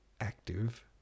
active